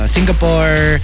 Singapore